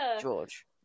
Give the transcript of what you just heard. George